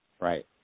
right